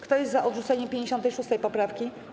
Kto jest za odrzuceniem 56. poprawki?